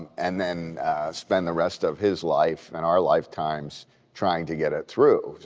and then spend the rest of his life and our lifetimes trying to get it through.